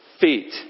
feet